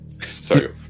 sorry